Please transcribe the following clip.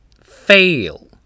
Fail